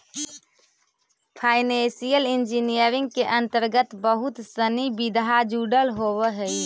financial engineering के अंतर्गत बहुत सनि विधा जुडल होवऽ हई